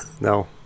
no